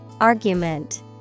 Argument